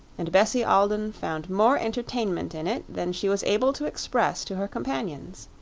and bessie alden found more entertainment in it than she was able to express to her companions.